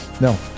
No